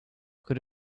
could